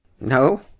No